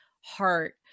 heart